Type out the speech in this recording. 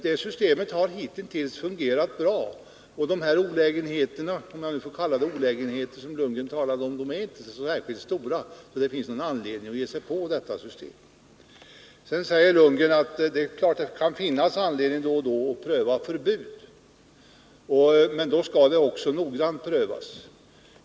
Det systemet har hittills fungerat bra. De här olägenheterna — om jag nu, som herr Lundgren gjorde, skall kalla dem olägenheter — är i verkligheten inte så stora, att det finns anledning att ge sig på att ändra detta system. Sedan säger Bo Lundgren att det är klart att det då och då finns anledning att införa förbud, men då skall det också noggrant prövas.